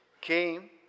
came